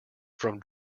from